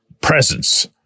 presence